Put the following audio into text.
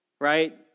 right